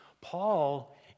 Paul